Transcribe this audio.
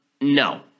no